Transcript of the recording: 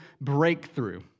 breakthrough